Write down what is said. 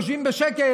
יושבים בשקט,